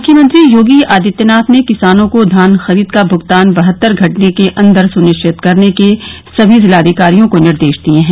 मुख्यमंत्री योगी आदित्यनाथ ने किसानों को धान खरीद का भूगतान बहत्तर घंटे के अन्दर सुनिश्चित करने के सभी जिलाधिकारियों को निर्देश दिये हैं